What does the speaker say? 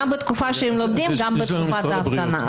גם בתקופה שהם לומדים וגם בתקופת ההמתנה.